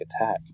attack